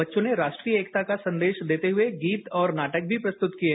बच्चों ने राष्ट्रीय एकता का संदेश देते हुए गीत और नाटक भी प्रस्तुत किये